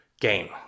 gain